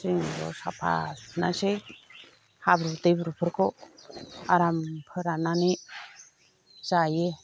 जों ज' साफा सुनोसै हाब्रु दैब्रुफोरखौ आराम फोराननानै जायो